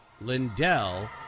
Lindell